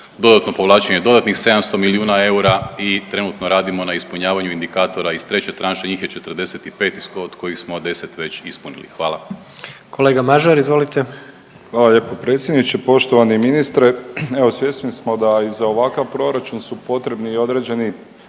dodatno povlačenje dodatnih 700 milijuna eura. I trenutno radimo na ispunjavanju indikatora iz treće tranše, njih je 45 od kojih smo 10 već ispunili. Hvala. **Jandroković, Gordan (HDZ)** Kolega Mažar, izvolite. **Mažar, Nikola (HDZ)** Hvala lijepo predsjedniče. Poštovani ministre, evo svjesni smo i da za ovakav proračun su potrebni i određeni